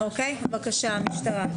בבקשה.